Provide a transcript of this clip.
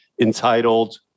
entitled